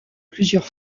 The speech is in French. plusieurs